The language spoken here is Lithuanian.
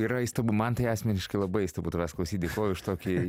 yra įstabu man tai asmeniškai labai įstabu tavęs klausyti dėkoju už tokį